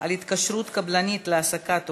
על התקשרות קבלנית להעסקת עובדים),